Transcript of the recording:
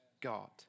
God